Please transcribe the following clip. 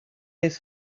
his